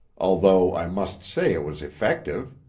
although i must say it was effective.